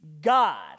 God